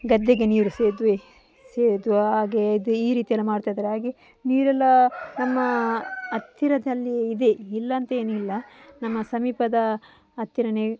ಗದ್ದೆಗೆ ನೀರು ಸೇದುವ ಸೇದುವ ಹಾಗೆ ಇದು ಈ ರೀತಿಯೆಲ್ಲ ಮಾಡ್ತಾಯಿದ್ದಾರೆ ಹಾಗೆ ನೀರೆಲ್ಲ ನಮ್ಮ ಹತ್ತಿರದಲ್ಲಿ ಇದೆ ಇಲ್ಲ ಅಂತೇನಿಲ್ಲ ನಮ್ಮ ಸಮೀಪದ ಹತ್ತಿರನೆ